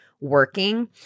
working